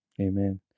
Amen